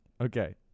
Okay